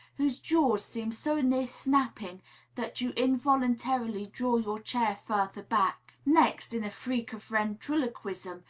whose jaws seem so near snapping that you involuntarily draw your chair further back. next, in a freak of ventriloquism,